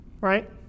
right